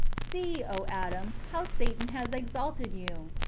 see, o adam, how satan has exalted you!